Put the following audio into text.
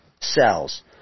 cells